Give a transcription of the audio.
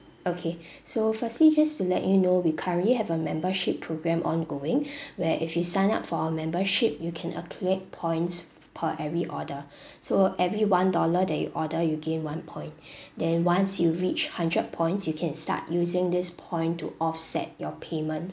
okay so firstly just to let you know we currently have a membership programme ongoing where if you sign up for our membership you can accumulate points f~ per every order so every one dollar that you order you gain one point then once you reach hundred points you can start using this point to offset your payment